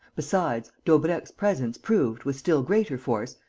besides, daubrecq's presence proved, with still greater force,